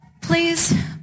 Please